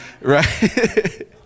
Right